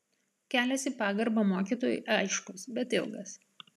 kelias į pagarbą mokytojui aiškus bet ilgas